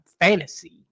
Fantasy